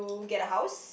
get a house